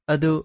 Ado